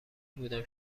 بودم